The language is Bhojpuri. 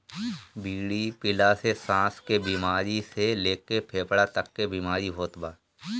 बीड़ी पियला से साँस के बेमारी से लेके फेफड़ा तक के बीमारी होत बा